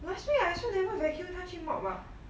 last week I also never vacuum 他去 mop ah